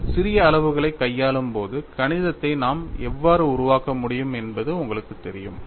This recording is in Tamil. நீங்கள் சிறிய அளவுகளைக் கையாளும் போது கணிதத்தை நாம் எவ்வாறு உருவாக்க முடியும் என்பது உங்களுக்குத் தெரியும்